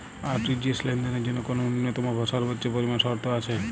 RTGS লেনদেনের জন্য কোন ন্যূনতম বা সর্বোচ্চ পরিমাণ শর্ত আছে?